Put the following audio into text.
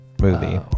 movie